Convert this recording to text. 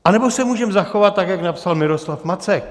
Anebo se můžeme zachovat tak, jak napsal Miroslav Macek.